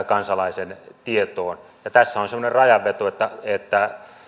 kansalaisen tietoon tässä on semmoinen rajanveto että